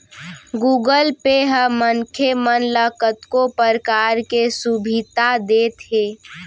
Google Pay ह मनखे मन ल कतको परकार के सुभीता देत हे